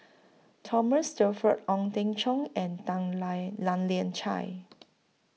Thomas Shelford Ong Teng Cheong and Tan Lian Chye